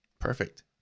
perfect